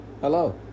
hello